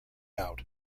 out